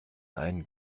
einen